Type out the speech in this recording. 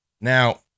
now